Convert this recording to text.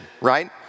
right